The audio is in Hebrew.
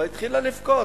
אבל היא התחילה לבכות.